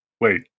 wait